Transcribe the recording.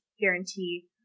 guarantee